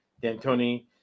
D'Antoni